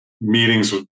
meetings